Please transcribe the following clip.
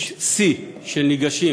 יש שיא של ניגשים